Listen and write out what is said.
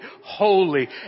holy